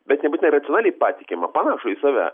bet nebūtinai racionaliai patikimą panašų į save